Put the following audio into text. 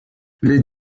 les